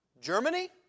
Germany